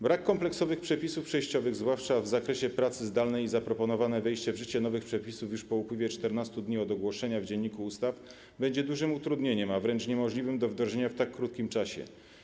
Brak kompleksowych przepisów przejściowych, zwłaszcza w zakresie pracy zdalnej, zaproponowane wejście w życie nowych przepisów już po upływie 14 dni od ogłoszenia w Dzienniku Ustaw będzie dużym utrudnieniem, a wręcz będzie niemożliwe do wdrożenia w tak krótkim czasie.